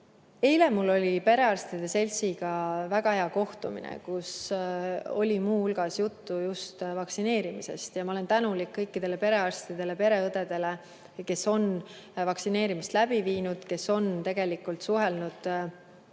Eile oli mul perearstide seltsiga väga hea kohtumine, kus oli muu hulgas juttu just vaktsineerimisest. Ma olen tänulik kõikidele perearstidele ja pereõdedele, kes on vaktsineerimist läbi viinud ja kes on suhelnud vanemate